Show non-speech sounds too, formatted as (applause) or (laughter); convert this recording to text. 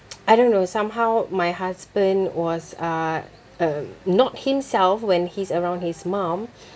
(noise) I don't know somehow my husband was uh um not himself when he's around his mom